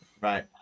Right